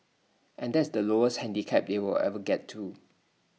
and that's the lowest handicap they'll ever get to